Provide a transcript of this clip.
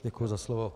Děkuji za slovo.